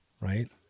Right